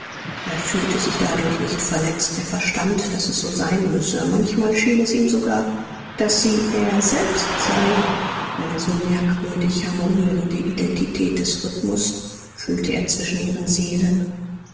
er fühlte sich dadurch nicht verletzt er verstand daß es so sein müsse manchmal schien es ihm sogar daß sie er selbst sei eine so merkwürdig harmonierende identität des rhythmus fühlte er zwischen ihren seelen